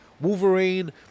Wolverine